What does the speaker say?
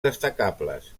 destacables